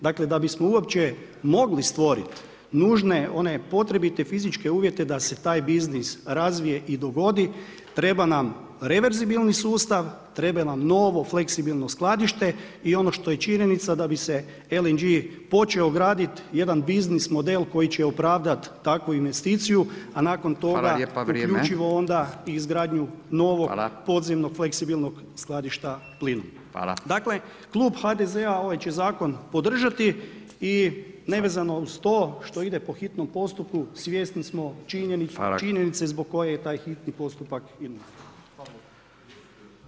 Dakle, da bismo uopće mogli stvoriti nužne, one potrebite fizičke uvjete da se taj biznis razvije i dogodi treba nam reverzibilni sustav, trebaju nam novo, fleksibilno skladište i ono što je činjenica da bi se LNG počeo graditi jedan biznis model koji će opravdat takvu investiciju, a nakon toga uključivo onda i izgradnju novog podzemnog fleksibilnog skladišta plinom [[Upadica Radin: Hvala.]] Dakle, klub HDZ-a ovaj će zakon podržati i nevezano uz to što ide po hitnom postupku svjesni smo činjenice zbog koje je taj hitni postupak i